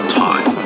time